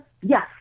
Yes